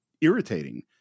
irritating